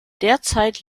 derzeit